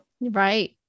Right